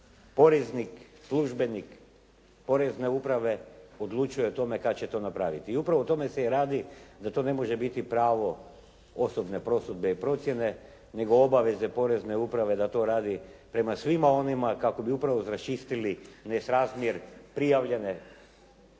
poreznik, službenik Porezne uprave odlučuje o tome kada će to napraviti. I upravo o tome se i radi, da to ne može biti pravo osobne procjene i prosudbe, nego obaveze Porezne uprave da to radi prema svima onima kako bi upravo raščistili nerazmjer prijavljenog prihoda,